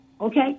Okay